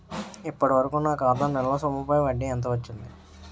ఇప్పటి వరకూ నా ఖాతా నిల్వ సొమ్ముపై వడ్డీ ఎంత వచ్చింది?